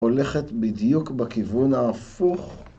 ‫הולכת בדיוק בכיוון ההפוך.